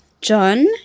john